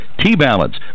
T-Balance